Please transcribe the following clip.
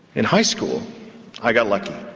in high school i got lucky.